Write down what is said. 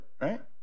right